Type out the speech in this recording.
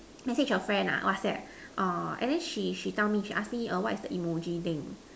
message a friend ah WhatsApp err and then she she tell me she ask me err what is the emoji thing